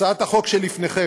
הצעת החוק שלפניכם